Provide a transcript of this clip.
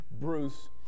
Bruce